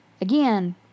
again